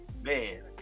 man